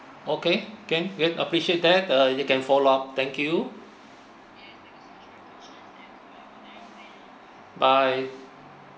okay can will appreciate that uh you can follow up thank you bye